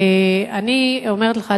אני אומרת לך,